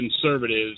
conservatives